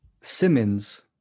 Simmons